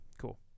cool